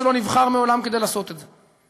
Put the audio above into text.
בית-המשפט, שלא נבחר מעולם כדי לעשות את זה.